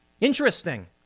Interesting